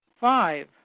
Five